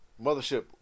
Mothership